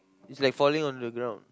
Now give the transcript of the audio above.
it's like falling on the ground